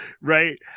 right